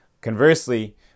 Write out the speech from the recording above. conversely